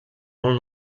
molt